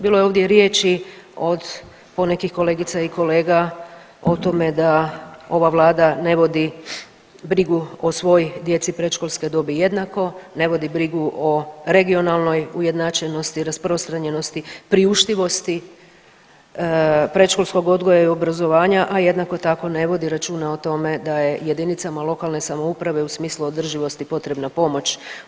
Bilo je ovdje riječi od ponekih kolegica i kolega o tome da ova vlada ne vodi brigu o svoj djeci predškolske dobi jednako, ne vodi brigu o regionalnoj ujednačenosti i rasprostranjenosti, priuštivosti predškolskog odgoja i obrazovanja, a jednako tako ne vodi računa o tome da je jedinicama lokalne samouprave u smislu održivosti potrebna pomoć.